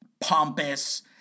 pompous